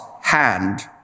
hand